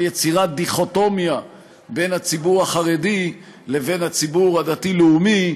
של יצירת דיכוטומיה בין הציבור החרדי לבין הציבור הדתי-לאומי,